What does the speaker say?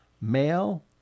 male